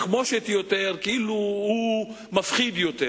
יותר, כאילו הוא מפחיד יותר.